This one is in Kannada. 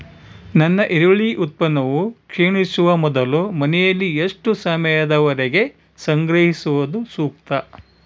ನನ್ನ ಈರುಳ್ಳಿ ಉತ್ಪನ್ನವು ಕ್ಷೇಣಿಸುವ ಮೊದಲು ಮನೆಯಲ್ಲಿ ಎಷ್ಟು ಸಮಯದವರೆಗೆ ಸಂಗ್ರಹಿಸುವುದು ಸೂಕ್ತ?